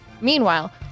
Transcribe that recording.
Meanwhile